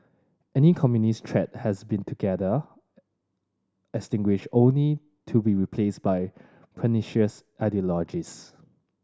any communist threat has been altogether extinguished only to be replaced by pernicious ideologies